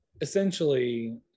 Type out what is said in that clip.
essentially